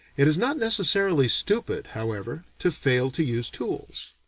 it is not necessarily stupid however, to fail to use tools.